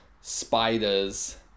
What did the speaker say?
spiders